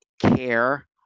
care